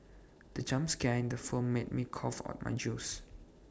the jump scare in the film made me cough out my juice